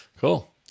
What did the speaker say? Cool